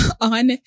on